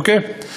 אוקיי?